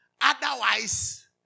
Otherwise